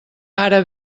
ara